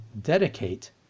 dedicate